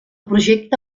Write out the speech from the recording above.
projecte